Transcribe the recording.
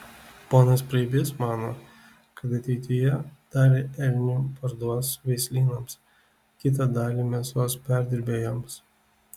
ponas preibys mano kad ateityje dalį elnių parduos veislynams kitą dalį mėsos perdirbėjams